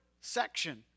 section